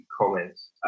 comments